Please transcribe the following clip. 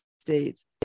States